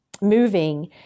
moving